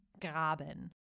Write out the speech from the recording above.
Graben